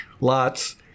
lots